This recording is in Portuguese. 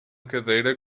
cadeira